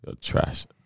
Trash